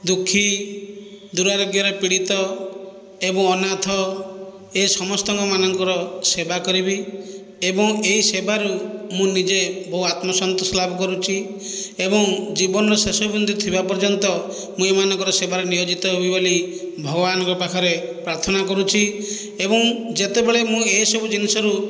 ଦୁଃଖୀ ଦୁରାରୋଗ୍ୟରେ ପୀଡିତ ଏବଂ ଅନାଥ ଏ ସମସ୍ତଙ୍କ ମାନଙ୍କର ସେବା କରିବି ଏବଂ ଏହି ସେବାରୁ ମୁ ନିଜେ ବହୁ ଆତ୍ମ ସନ୍ତୋଷ ଲାଭ କରୁଛି ଏବଂ ଜୀବନର ଶେଷ ବିନ୍ଦୁ ଥିବା ପର୍ଯ୍ୟନ୍ତ ମୁଁ ଏଇ ମାନଙ୍କର ସେବାରେ ନିୟୋଜିତ ହେବି ବୋଲି ଭଗବାନଙ୍କ ପାଖରେ ପ୍ରାର୍ଥନା କରୁଛି ଏବଂ ଯେତେବେଳେ ମୁ ଏସବୁ ଜିନିଷରୁ